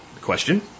question